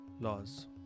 laws